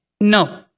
No